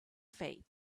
fate